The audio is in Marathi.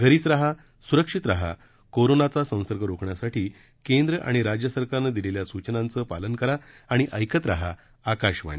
घरीच रहा सुरक्षित रहा कोरोनाचा संसर्ग रोखण्यासाठी केंद्र आणि राज्य सरकारनं दिलेल्या सूचनांचं पालन करा आणि ऐकत रहा आकाशवाणी